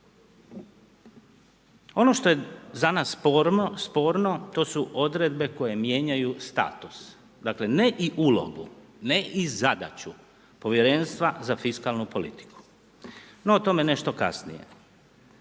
Ono što je za nas sporno, to su odredbe koje mijenjaju status, ne i ulogu, ne i zadaću povjerenstva za fiskalnu politiku, no o tome nešto kasnije.